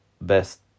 best